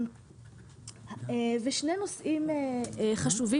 שני נושאים חשובים,